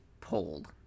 pulled